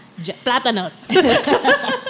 Platanos